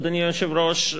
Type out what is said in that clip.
אדוני היושב-ראש,